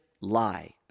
lie